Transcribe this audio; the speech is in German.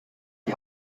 die